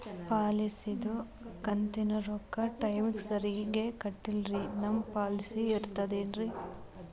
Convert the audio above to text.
ಪಾಲಿಸಿದು ಕಂತಿನ ರೊಕ್ಕ ಟೈಮಿಗ್ ಸರಿಗೆ ಕಟ್ಟಿಲ್ರಿ ನಮ್ ಪಾಲಿಸಿ ಇರ್ತದ ಏನ್ರಿ?